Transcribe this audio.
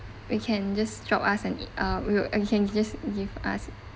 you can just drop us an E~ uh we will you can just give us